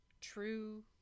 true